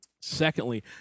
Secondly